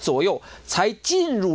soil tight jeans and